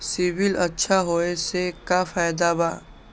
CIBIL अच्छा होऐ से का फायदा बा?